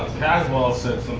caswell said